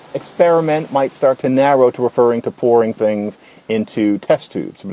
experiment might start to narrow to referring to pouring things into test tubes. but